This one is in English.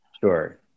Sure